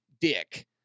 dick